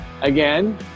again